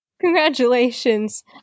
congratulations